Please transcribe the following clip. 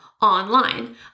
online